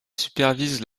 supervise